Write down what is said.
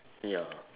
ya